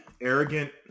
arrogant –